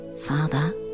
Father